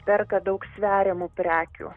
perka daug sveriamų prekių